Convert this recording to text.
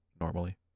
normally